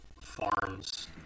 farms